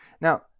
Now